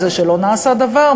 בזה שלא נעשה דבר,